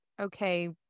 okay